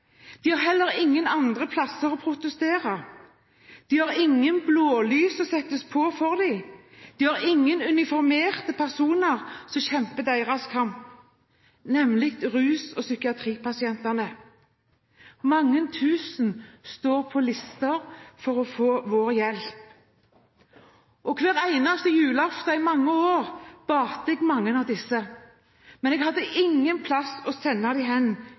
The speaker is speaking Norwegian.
de har heller ingen andre plasser å protestere, de har ingen blålys som settes på for dem, de har ingen uniformerte personer som kjemper deres kamp, nemlig rus- og psykiatripasientene. Mange tusen står på lister for å få vår hjelp. Hver eneste julaften i mange år badet jeg mange av disse, men jeg hadde ingen plass å sende